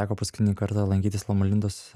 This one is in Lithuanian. teko paskutinį kartą lankytis loma lindos